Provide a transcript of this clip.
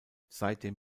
seitdem